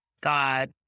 god